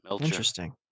Interesting